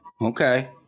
Okay